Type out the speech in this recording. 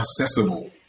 accessible